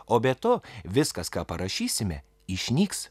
o be to viskas ką parašysime išnyks